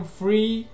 free